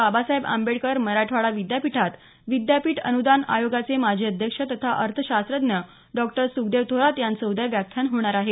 बाबासाहेब आंबेडकर मराठवाडा विद्यापीठात विद्यापीठ अनुदान आयोगाचे माजी अध्यक्ष तथा अर्थशास्त्रज्ञ डॉक्टर सुखदेव थोरात यांचं उद्या व्याख्यान होणार आहे